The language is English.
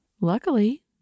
Luckily